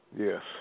Yes